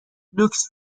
لوکس